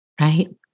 Right